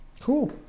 Cool